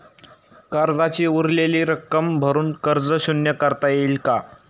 कर्जाची उरलेली रक्कम भरून कर्ज शून्य करता येईल का?